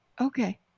Okay